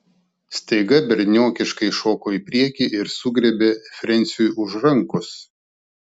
staiga berniokiškai šoko į priekį ir sugriebė frensiui už rankos